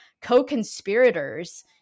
co-conspirators